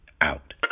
Out